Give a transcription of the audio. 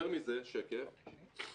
יותר מזה, מה